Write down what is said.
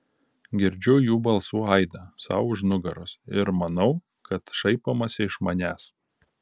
girdžiu jų balsų aidą sau už nugaros ir manau kad šaipomasi iš manęs